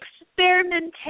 experimentation